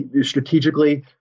strategically